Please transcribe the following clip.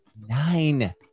nine